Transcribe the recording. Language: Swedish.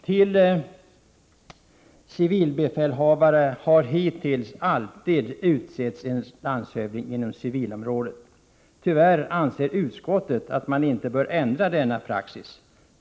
Till civilbefälhavare har hittills alltid utsetts en landshövding inom civilområdet. Tyvärr anser utskottet att man inte bör ändra denna praxis.